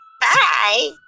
Bye